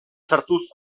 sartuz